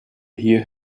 hear